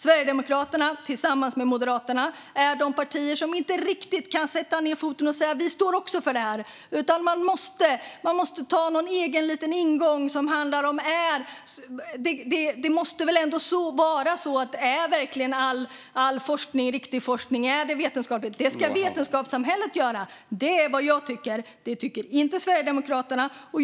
Sverigedemokraterna är tillsammans med Moderaterna det parti som inte riktigt kan sätta ned foten och säga: Vi står också för det här. I stället måste man ha någon egen liten ingång där man ifrågasätter om all forskning verkligen är riktig forskning och frågar om det är vetenskapligt. Det ska vetenskapssamhället fråga. Det är vad jag tycker. Det tycker inte Sverigedemokraterna.